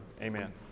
amen